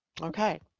Okay